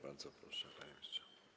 Bardzo proszę, panie ministrze.